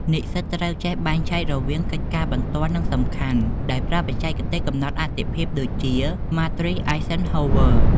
និស្សិតត្រូវចេះបែងចែករវាងកិច្ចការបន្ទាន់និងសំខាន់ ដោយប្រើបច្ចេកទេសកំណត់អាទិភាពដូចជា ម៉ាទ្រីស អាយហ្សិនហូវ័រ (Matrice Eisenhower)។